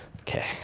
Okay